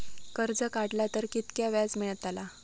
कर्ज काडला तर कीतक्या व्याज मेळतला?